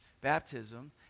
baptism